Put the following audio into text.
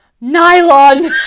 Nylon